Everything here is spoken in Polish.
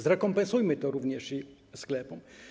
Zrekompensujmy to również i sklepom.